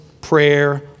prayer